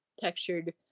textured